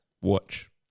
watch